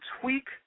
tweak